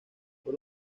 por